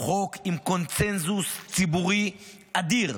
הוא חוק עם קונסנזוס ציבורי אדיר.